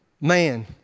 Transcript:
man